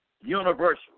universal